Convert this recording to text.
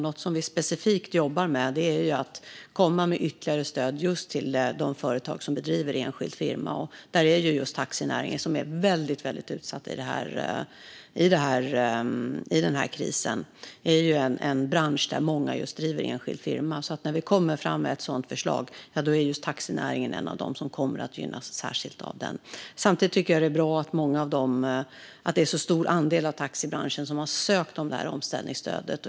Något som vi specifikt jobbar med är att komma med ytterligare stöd till de företag som drivs som enskilda firmor. Taxinäringen, som är väldigt utsatt i den här krisen, är en bransch där många driver enskild firma. När vi kommer fram med ett sådant förslag hör därför just taxinäringen till dem som kommer att gynnas särskilt. Samtidigt tycker jag att det är bra att det är så stor andel inom taxibranschen som har sökt omställningsstödet.